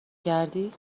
کردی